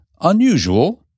Unusual